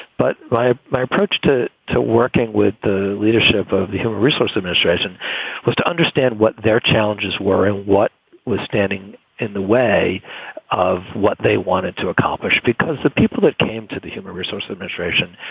but by my approach to to working with the leadership of the human resource administration was to understand what their challenges were and what was standing in the way of what they wanted to accomplish, because the people that came to the human resource administration